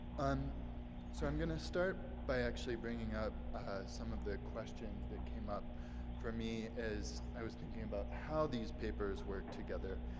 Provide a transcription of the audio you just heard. um so i'm gonna start by actually bringing up some of the questions that came up for me as i was thinking about how these papers worked together.